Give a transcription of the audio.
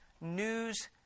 News